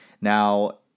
Now